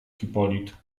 hipolit